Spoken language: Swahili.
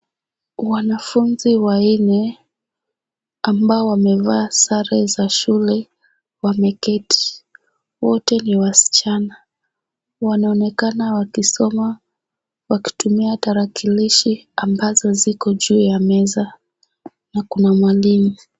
Wanafuzi wanne, ambao wamevaa sare za shule, wameketi. Wote ni wasichana. Wanaonekana wakisoma wakitumia tarakilishi ambazo ziko juu ya meza na kuna mwalimu.